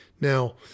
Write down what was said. Now